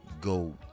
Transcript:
go